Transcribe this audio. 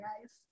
guys